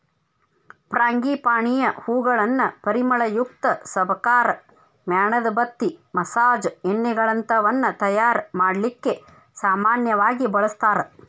ಫ್ರಾಂಗಿಪಾನಿಯ ಹೂಗಳನ್ನ ಪರಿಮಳಯುಕ್ತ ಸಬಕಾರ್, ಮ್ಯಾಣದಬತ್ತಿ, ಮಸಾಜ್ ಎಣ್ಣೆಗಳಂತವನ್ನ ತಯಾರ್ ಮಾಡ್ಲಿಕ್ಕೆ ಸಾಮನ್ಯವಾಗಿ ಬಳಸ್ತಾರ